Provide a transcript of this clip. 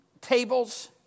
tables